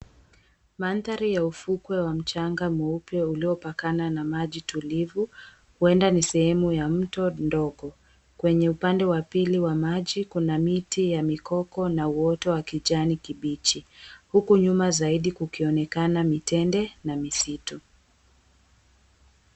Mandhari ya ufukwe wa mchanga mweupe uliopakana na maji tulivu huenda ni sehemu ya mto ndogo, kwenye upande wa pili wa maji kuna miti ya mikoko na uwoto wa kijani kibichi huku nyuma zaidi kukionekana mitende na misitu.